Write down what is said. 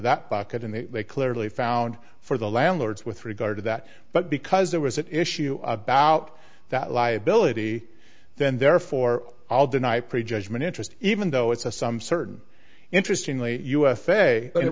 that bucket in the they clearly found for the landlords with regard to that but because there was an issue about that liability then therefore i'll deny prejudgment interest even though it's a some certain interestingly u